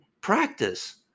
practice